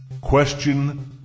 Question